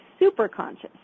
superconscious